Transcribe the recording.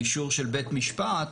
באישור של בית משפט,